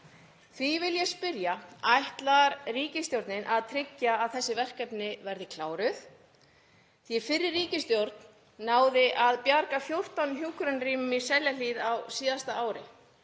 Ég vil því spyrja: Ætlar ríkisstjórnin að tryggja að þessi verkefni verði kláruð? Fyrri ríkisstjórn náði að bjarga 14 hjúkrunarrýmum í Seljahlíð á síðasta ári